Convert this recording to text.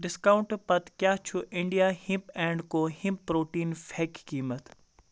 discount پتہٕ کیٛاہ چھُ India hemp and co hemp protein پھٮ۪کہِ قیٖمَت